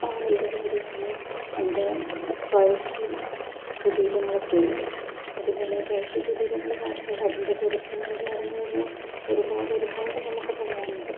മാനന്തവാടിയാണ് നമ്മുടെ പഴശ്ശി കുടീരങ്ങളൊക്കെയുള്ളത് അതുപോലെ പഴശ്ശി കുടീരങ്ങൾ മാത്രമല്ല അതിൻ്റെ ചരിത്രങ്ങളെന്ന് പറഞ്ഞു കഴിഞ്ഞാൽ ഒരുപാടൊരുപാട് നമുക്ക് പറയാനുണ്ട്